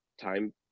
time